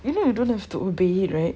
you know you don't have to delete right